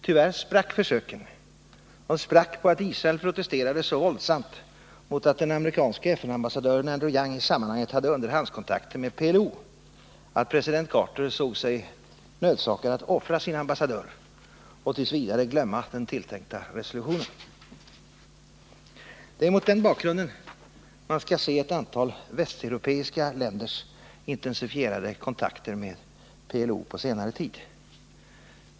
Tyvärr sprack försöken på att Israel protesterade så våldsamt mot att den amerikanske FN-ambassadören Andrew Young i sammanhanget hade underhandskontakter med PLO att president Carter såg sig nödsakad att offra sin ambassadör och t. v. glömma den tilltänkta resolutionen. Det är mot den bakgrunden man skall se ett antal västeuropeiska länders intensifierade kontakter med PLO på senare tid.